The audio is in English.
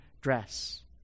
dress